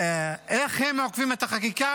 איך הם אוכפים את החקיקה?